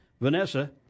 Vanessa